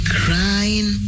crying